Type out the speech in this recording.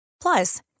Plus